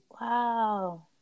Wow